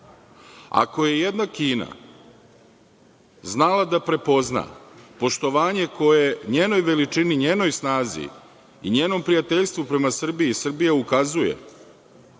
Ako je jedna Kina znala da prepozna poštovanje koje njenoj veličini, njenoj snazi i njenom prijateljstvu prema Srbiji, Srbija ukazuje